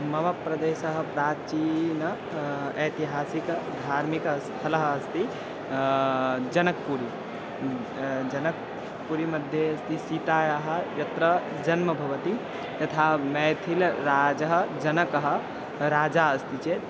मम प्रदेशः प्राचीनम् ऐतिहासिकं धार्मिकस्थलम् अस्ति जनक्पुरि जनक्पुरिमध्ये अस्ति सीतायाः यत्र जन्म भवति यथा मैथिलराजः जनकः राजा अस्ति चेत्